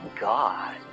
God